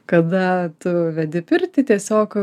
kada tu vedi pirtį tiesiog